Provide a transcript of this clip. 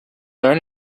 learn